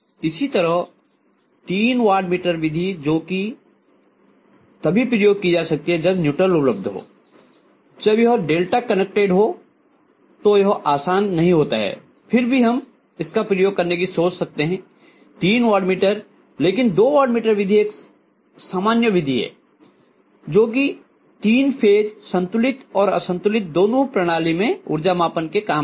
इसी तरह तीन वाटमीटर विधि जो की तभी प्रयोग की जा सकती है जब न्यूट्रल उपलब्ध हो जब यह डेल्टा कनेक्टेड हो तो यह आसान नहीं होता है फिर भी हम इसका प्रयोग करने की सोच सकते हैं तीन वाट मीटर लेकिन दो वाटमीटर विधि एक सामान्य विधि है जो कि तीन फेज संतुलित और असंतुलित दोनों प्रणाली मैं ऊर्जा मापन के काम आती है